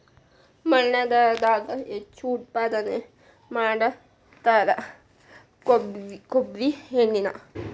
ಮಲ್ನಾಡದಾಗ ಹೆಚ್ಚು ಉತ್ಪಾದನೆ ಮಾಡತಾರ ಕೊಬ್ಬ್ರಿ ಎಣ್ಣಿನಾ